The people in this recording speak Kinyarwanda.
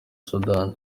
sudani